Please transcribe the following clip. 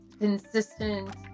consistent